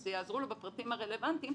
אז שיעזרו לו בפרטים הרלבנטיים,